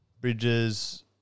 Bridges